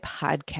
podcast